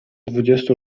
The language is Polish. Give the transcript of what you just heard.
dwudziestu